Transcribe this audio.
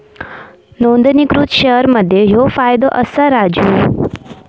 नोंदणीकृत शेअर मध्ये ह्यो फायदो असा राजू